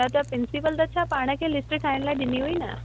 न त प्रिंसिपल त छा पाण खे लिस्ट ठाहिण लाइ ॾिनी हुई न